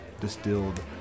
Distilled